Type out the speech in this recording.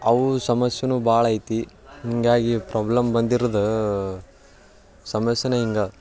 ಅವು ಸಮಸ್ಯೆನೂ ಭಾಳ ಐತಿ ಹೀಗಾಗಿ ಪ್ರೊಬ್ಲಮ್ ಬಂದಿರೋದು ಸಮಸ್ಯೆಯೇ ಹಿಂಗೆ